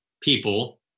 people